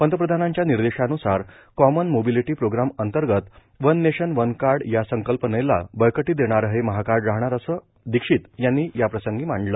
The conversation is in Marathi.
पंतप्रधानांच्या निर्देशान्सार कॉमन मोबिलीटी प्रोग्राम अंतर्गत श्वन नेशन वन कार्डश या संकल्पनेला बळकटी देणारे हे महा कार्ड राहणार असं मत दीक्षीत यांनी याप्रसंगी मांडलं